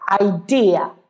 idea